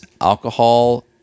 alcohol